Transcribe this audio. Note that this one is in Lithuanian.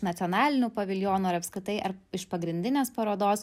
nacionalinių paviljonų ir apskritai ar iš pagrindinės parodos